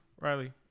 Riley